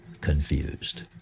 confused